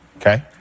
Okay